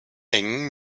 eng